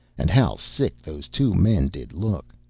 and how sick those two men did look!